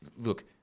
look